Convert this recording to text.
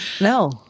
No